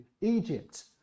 Egypt